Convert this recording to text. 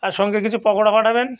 আর সঙ্গে কিছু পকোড়া পাঠাবেন